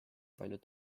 palju